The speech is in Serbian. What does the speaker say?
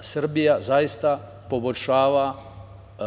Srbija zaista poboljšava